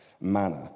manner